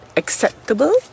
acceptable